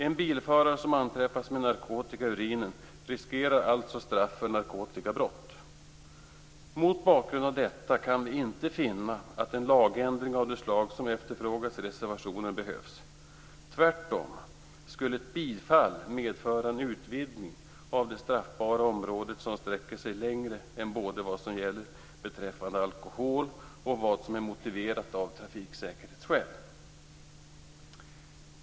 En bilförare som anträffas med narkotika i urinen riskerar alltså straff för narkotikabrott. Mot bakgrund av detta kan vi inte finna att en lagändring av det slag som efterfrågas i reservationen behövs. Tvärtom skulle ett bifall medföra en utvidgning av det straffbara området som sträcker sig längre än både vad som gäller beträffande alkohol och vad som är motiverat av trafiksäkerhetsskäl.